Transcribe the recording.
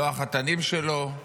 לא החתנים שלו.